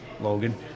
Logan